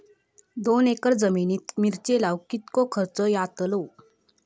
दोन एकर जमिनीत मिरचे लाऊक कितको खर्च यातलो?